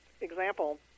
example